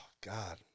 God